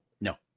No